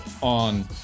on